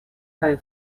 kaj